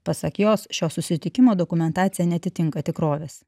pasak jos šio susitikimo dokumentacija neatitinka tikrovės